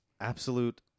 absolute